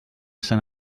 sant